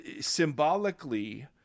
Symbolically